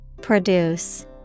Produce